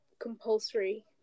compulsory